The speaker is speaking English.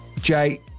Jay